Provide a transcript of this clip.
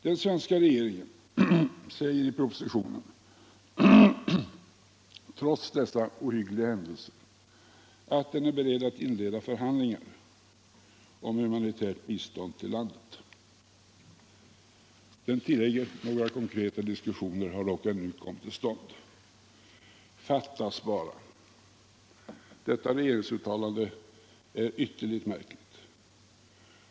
Den svenska regeringen säger i propositionen trots dessa ohyggliga händelser att den är beredd att inleda förhandlingar om humanitärt bistånd till landet. Den tillägger att några konkreta diskussioner dock ännu icke kommit till stånd. Fattas bara! Detta regeringsuttalande är vuerligt märkligt.